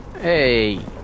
Hey